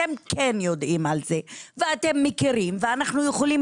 אתם כן יודעים על זה ואתם מכירים ואנחנו יכולים